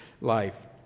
life